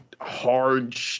hard